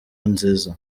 nziza